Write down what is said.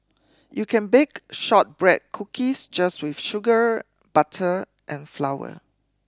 you can bake Shortbread Cookies just with sugar butter and flour